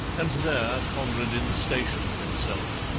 and there conradin stationed himself.